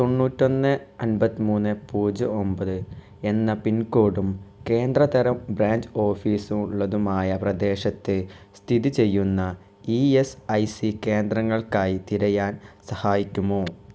തൊണ്ണൂറ്റൊന്ന് അൻപത് മൂന്ന് പൂജ്യം ഒൻപത് എന്ന പിൻകോഡും കേന്ദ്ര തരം ബ്രാഞ്ച് ഓഫീസ് ഉള്ളതുമായ പ്രദേശത്ത് സ്ഥിതി ചെയ്യുന്ന ഇ എസ് ഐ സി കേന്ദ്രങ്ങൾക്കായി തിരയാൻ സഹായിക്കുമോ